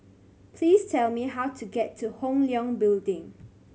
please tell me how to get to Hong Leong Building